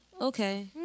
Okay